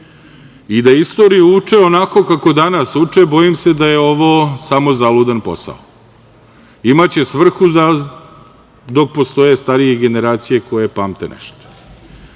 i da istoriju uče onako kako danas uče, bojim se da je ovo samo zaludan posao. Imaće svrhu dok postoje starije generacije koje pamte nešto. Danas